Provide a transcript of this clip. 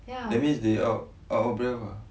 that means they out out of breath ah